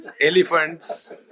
Elephants